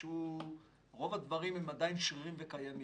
רוב הדברים עדיין שרירים וקיימים,